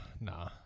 Nah